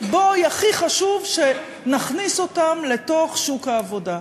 הכי חשוב שנכניס אותם לתוך שוק העבודה.